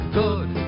good